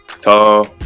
tall